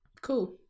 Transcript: cool